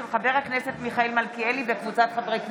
של חבר הכנסת מיכאל מלכיאלי וקבוצת חברי הכנסת.